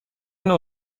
نوع